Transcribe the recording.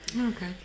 Okay